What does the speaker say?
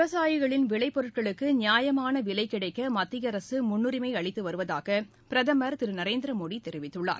விவசாயிகளின் விளை பொருட்களுக்கு நியாயமான விலை கிடைக்க மத்திய அரசு முன்னுரிமை அளித்து வருவதாக பிரதமர் திரு நரேந்திர மோடி தெரிவித்துள்ளார்